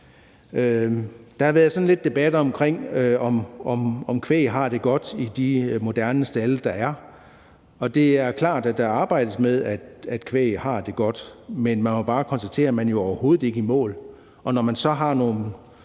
Der har været sådan lidt debat om, om kvæg har det godt i de moderne stalde, der er. Det er klart, at der arbejdes med, at kvæg har det godt, men man må bare konstatere, at man jo overhovedet ikke er i mål.